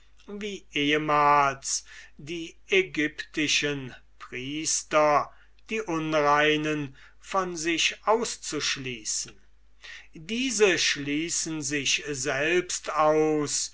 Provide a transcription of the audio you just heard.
wie ehmals die ägyptischen priester die unreinen von sich auszuschließen diese schließen sich selbst aus